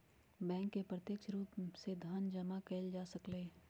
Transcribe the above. bank से प्रत्यक्ष रूप से धन जमा एइल जा सकलई ह